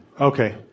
Okay